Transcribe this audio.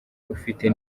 ufite